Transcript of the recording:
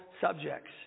subjects